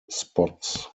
spots